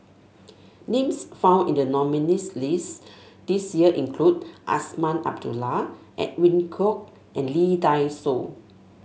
names found in the nominees' list this year include Azman Abdullah Edwin Koek and Lee Dai Soh